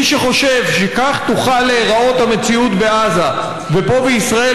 מי שחושב שכך תוכל להיראות המציאות בעזה ופה בישראל